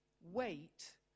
wait